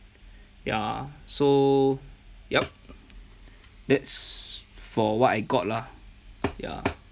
ya so yup that's for what I got lah ya